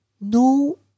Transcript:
no